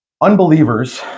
Unbelievers